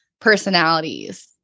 personalities